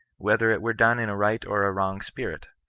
whether it were done in a right or a wrong spirit.